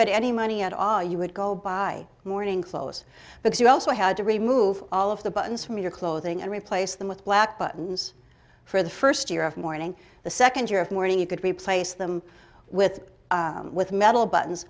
had any money at all you would go by morning clothes because you also had to remove all of the buttons from your clothing and replace them with black buttons for the first year of mourning the second year of mourning you could replace them with with metal buttons